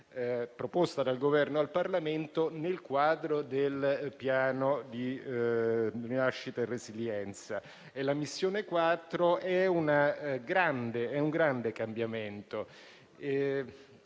proposta dal Governo al Parlamento nel quadro del Piano nazionale di ripresa e resilienza. La missione 4 è un grande cambiamento.